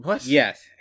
yes